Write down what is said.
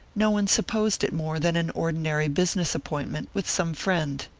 no one supposed it more than an ordinary business appointment with some friend.